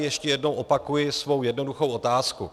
Ještě jednou tady opakuji svou jednoduchou otázku.